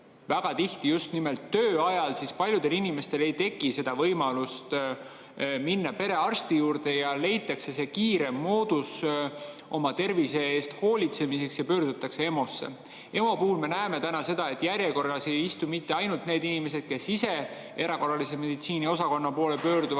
väga tihti just nimelt tööajal, siis paljudel inimestel ei teki võimalust minna perearsti juurde ja leitakse kiirem moodus oma tervise eest hoolitsemiseks: pöördutakse EMO-sse. EMO puhul me näeme seda, et järjekorras ei istu mitte ainult need inimesed, kes ise erakorralise meditsiini osakonna poole pöörduvad,